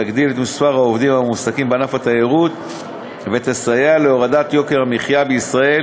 תגדיל את מספר המועסקים בענף התיירות ותסייע להורדת יוקר המחיה בישראל